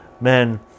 men